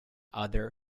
other